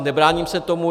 Nebráním se tomu.